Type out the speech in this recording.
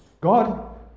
God